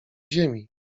ziemi